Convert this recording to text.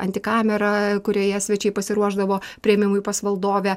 antikamera kurioje svečiai pasiruošdavo priėmimui pas valdovę